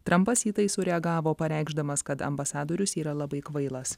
trampas į tai sureagavo pareikšdamas kad ambasadorius yra labai kvailas